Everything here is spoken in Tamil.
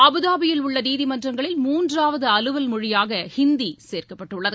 அபுதாபியில் உள்ள நீதிமன்றங்களில் மூன்றாவது அலுவல் மொழியாக ஹிந்தி சேர்க்கப்பட்டுள்ளது